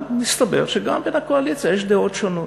מסתבר שגם בקואליציה יש דעות שונות.